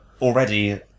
already